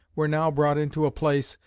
were now brought into a place,